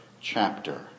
chapter